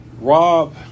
Rob